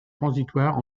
transitoire